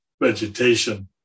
vegetation